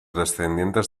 descendientes